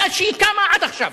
מאז שהיא קמה עד עכשיו.